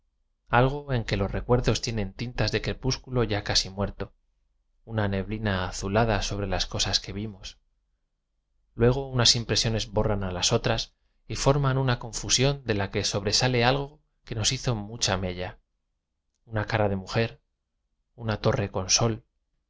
algo en que lo s recuerdos tienen tin ta s de crepúsculo ya ca si m uerto una neblina azulada so bre la s cosas que vim os luego unas im presiones b o rra n a la s otras y form an una confusión de la que sobresale algo que nos hizo m ucha m e lla una cara de m u je r una to rre con s